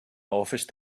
office